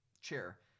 chair